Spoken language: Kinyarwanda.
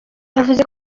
yavuze